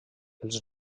els